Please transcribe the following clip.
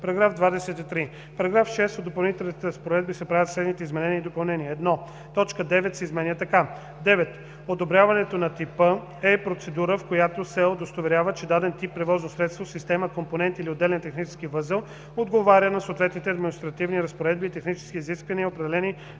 23: „§ 23. В § 6 от Допълнителните разпоредби се правят следните изменения и допълнения: 1. Точка 9 се изменя така: „9. „Одобряване на типа“ е процедура, с която се удостоверява, че даден тип превозно средство, система, компонент или отделен технически възел отговаря на съответните административни разпоредби и технически изисквания, определени